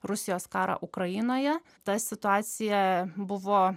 rusijos karą ukrainoje ta situacija buvo